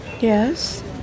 Yes